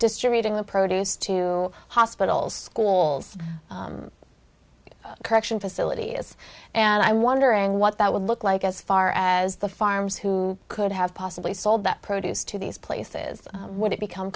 distributing the produce to hospitals schools correction facility as and i wondering what that would look like as far as the farmers who could have possibly sold that produce to these places what it become